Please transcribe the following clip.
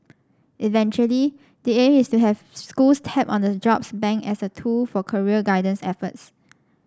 eventually the aim is to have schools tap on the jobs bank as a tool for career guidance efforts